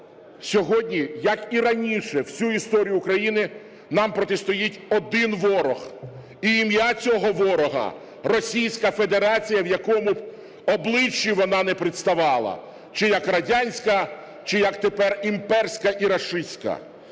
сьогодні, як і раніше, всю історію України нам протистоїть один ворог і ім'я цього ворога – Російська Федерація, в якому б обличчі вона не представала – чи як радянська, чи як тепер імперська і рашистська.